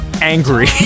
angry